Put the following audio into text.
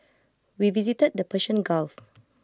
we visited the Persian gulf